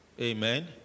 amen